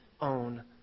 own